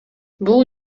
бул